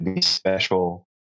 special